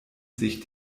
sich